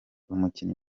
umukinnyi